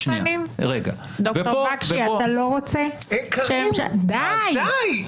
אתה לא רוצה לתת --- די,